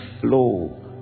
flow